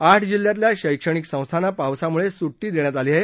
आठ जिल्ह्यातल्या शैक्षणिक संस्थांना पावसामुळे सुट्टी देण्यात आली आहे